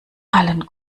allen